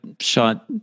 shot